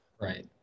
right